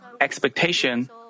expectation